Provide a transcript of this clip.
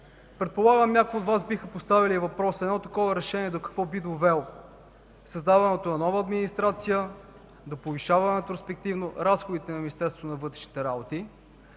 Предполагам, някои от Вас биха поставили въпроса: едно такова решение до какво би довело? До създаването на нова администрация, респективно до повишаване разходите на Министерството на вътрешните работи.